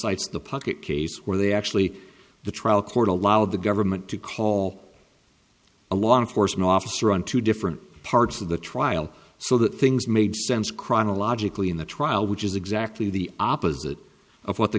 cites the pocket case where they actually the trial court allowed the government to call a long force an officer on two different parts of the trial so that things made sense chronologically in the trial which is exactly the opposite of what the